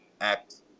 act